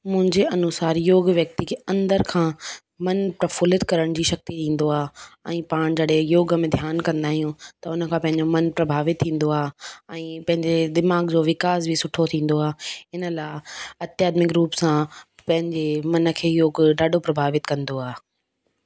मुंजे अनुसार योग व्यक्ति खे अंदर खां मन प्रफुलित करण जी शक्ती ॾींदो आहे ऐं पाण जॾहिं योग में ध्यानु कंदा आहियूं त उन खां पंहिंजो मन प्रभावित थींदो आहे ऐं पंहिंजे दिमाग़ जो विकास बि सुठो थींदो आहे इन लाइ आध्यात्मिक रूप सां पंहिंजे मन खे योग ॾाढो प्रभावित कंदो आहे